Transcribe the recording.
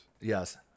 Yes